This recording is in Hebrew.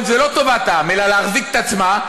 זה לא טובת העם אלא להחזיק את עצמה,